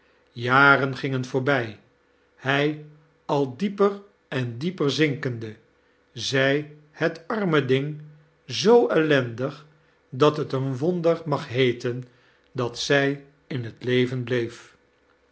jaren gingen voorbij hij al dieper en dieper zinkende zij het arm ding zoo ellendig dat t een wonder mag heeten dat zij in t leven bleef